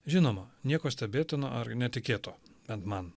žinoma nieko stebėtino ar netikėto bent man